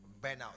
Burnout